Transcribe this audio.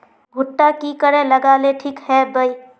भुट्टा की करे लगा ले ठिक है बय?